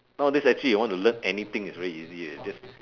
nowadays actually you want to learn anything it's very easy already just